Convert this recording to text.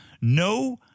No